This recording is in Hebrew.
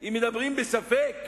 אם מדברים בספק,